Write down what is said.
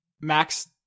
Max